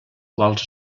quals